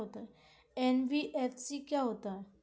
NBFC क्या होता है?